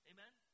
Amen